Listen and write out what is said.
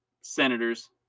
senators